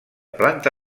planta